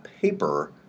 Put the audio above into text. paper